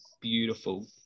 beautiful